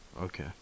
Okay